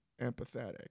empathetic